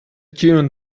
tune